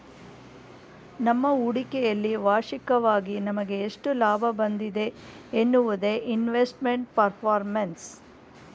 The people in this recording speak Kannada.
ನಮ್ಮ ಹೂಡಿಕೆಯಲ್ಲಿ ವಾರ್ಷಿಕವಾಗಿ ನಮಗೆ ಎಷ್ಟು ಲಾಭ ಬಂದಿದೆ ಎನ್ನುವುದೇ ಇನ್ವೆಸ್ಟ್ಮೆಂಟ್ ಪರ್ಫಾರ್ಮೆನ್ಸ್